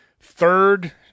third